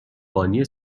بانی